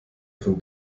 von